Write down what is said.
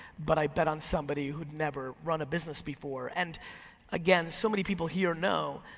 but i bet on somebody who'd never run a business before. and again, so many people here know,